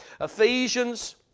Ephesians